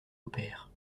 opère